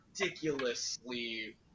ridiculously